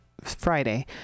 friday